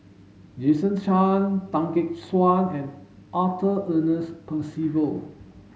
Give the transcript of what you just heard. Jason Chan Tan Gek Suan and Arthur Ernest Percival